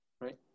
right